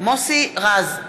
מוסי רז,